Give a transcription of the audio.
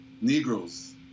Negroes